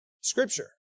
Scripture